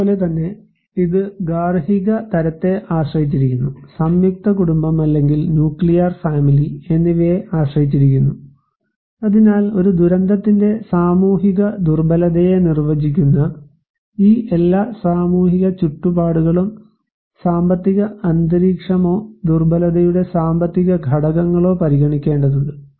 അതുപോലെ തന്നെ ഇത് ഗാർഹിക തരത്തെ ആശ്രയിച്ചിരിക്കുന്നു സംയുക്ത കുടുംബം അല്ലെങ്കിൽ ന്യൂക്ലിയർ ഫാമിലി എന്നിവയെ ആശ്രയിച്ചിരിക്കുന്നു അതിനാൽ ഒരു ദുരന്തത്തിന്റെ സാമൂഹിക ദുർബലതയെ നിർവചിക്കുന്ന ഈ എല്ലാ സാമൂഹിക ചുറ്റുപാടുകളും സാമ്പത്തിക അന്തരീക്ഷമോ ദുർബലതയുടെ സാമ്പത്തിക ഘടകങ്ങളോ പരിഗണിക്കേണ്ടതുണ്ട്